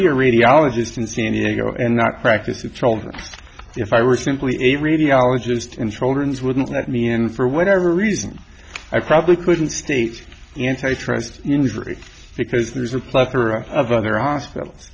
be a radiologist in san diego and not practice with children if i were simply a radiologist introduce wouldn't let me in for whatever reason i probably couldn't state antitrust injury because there's a plethora of other hospitals